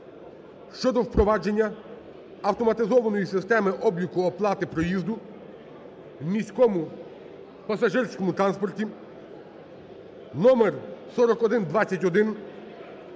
щодо впровадження автоматизованої системи обліку оплати проїзду в міському пасажирському транспорті (№ 4121)